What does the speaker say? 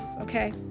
okay